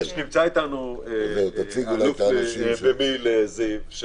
נמצא אתנו אלוף במיל' זיו.